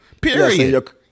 Period